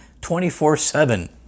24-7